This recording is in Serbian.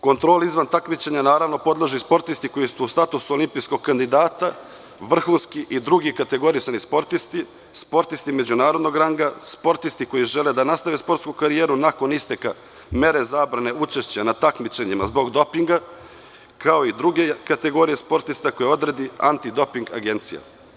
Kontroli izvan takmičenja, naravno, podležu i sportisti koji su u statusu olimpijskog kandidata, vrhunski i drugi kategorisani sportisti, sportisti i međunarodnog ranga, sportisti koji žele da nastave sportsku karijeru nakon isteka mere zabrane učešća na takmičenjima zbog dopinga, kao i druge kategorije sportista koje odredi antidoping agencija.